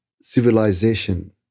civilization